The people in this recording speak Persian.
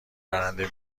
برنده